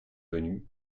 venu